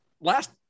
last